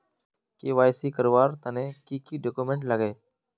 KYC करवार तने की की डॉक्यूमेंट लागे?